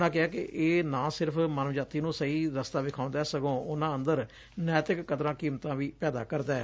ਉਨ੍ਹਾਂ ਕਿਹਾ ਕਿ ਇਹ ਨਾ ਸਿਰਫ਼ ਮਾਨਵਜਾਤੀ ਨੂੰ ਸਹੀ ਰਸਤਾ ਵਿਖਾਉਦੈ ਸਗੋ ਉਨ੍ਹਾ ਅੰਦਰ ਨੈਤਿਕ ਕਦਰਾ ਕੀਮਤਾ ਵੀ ਪੈਦਾ ਕਰਦੈ